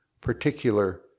particular